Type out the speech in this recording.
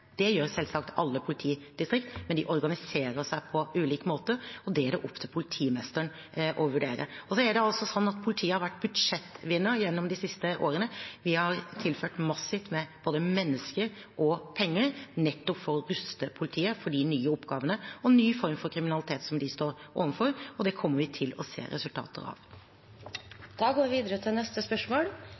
Det gjør selvsagt alle politidistrikter, men de organiserer seg på ulik måte, og det er det opp til politimesteren å vurdere. Så har politiet vært budsjettvinner gjennom de siste årene. Vi har tilført massivt med både mennesker og penger, nettopp for å ruste politiet for de nye oppgavene og nye former for kriminalitet som de står overfor. Det kommer vi til å se resultater av. «Gravide kvinner har ventet på å få mulighet til